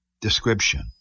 description